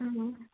ಹ್ಞೂ